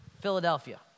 Philadelphia